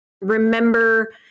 remember